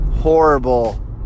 horrible